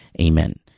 amen